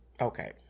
Okay